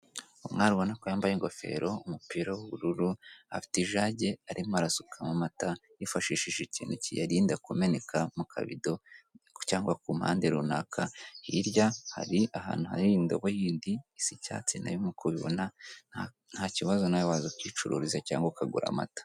Umwari ubona ko yambaye ingofero, umupira w'ubururu, afite ijage arimo arasukamo amata yifashishije ikintu kiyarinda kumeneka mu kavido cyangwa kumpande runaka. Hirya hari ahantu hari indobo yindi isa icyatsi na yo nk'uko ubibona, ntakibazo nawe waza ukicururiza cyangwa ukagura amata.